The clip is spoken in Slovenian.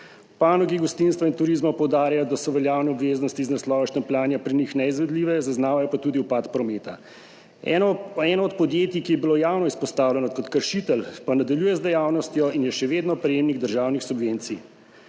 panogi gostinstva in turizma poudarjajo, da so veljavne obveznosti iz naslova štempljanja pri njih neizvedljive, zaznavajo pa tudi upad prometa. Eno od podjetij, ki je bilo javno izpostavljeno kot kršitelj, pa nadaljuje z dejavnostjo in je še vedno prejemnik državnih subvencij.